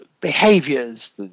behaviors